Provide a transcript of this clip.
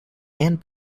and